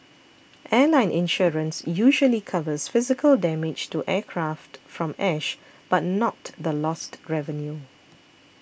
airline insurance usually covers physical damage to aircraft from ash but not the lost revenue